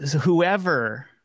whoever